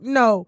no